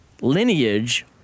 lineage